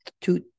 two